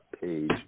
page